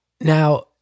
Now